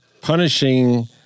punishing